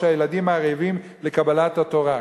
שהילדים ערבים לקבלת התורה.